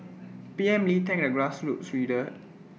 P M lee thanked the grassroots